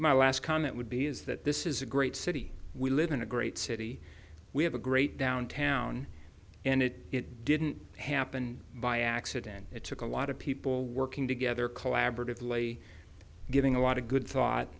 my last comment would be is that this is a great city we live in a great city we have a great downtown and it didn't happen by accident it took a lot of people working together collaboratively giving a lot of good thought